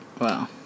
Wow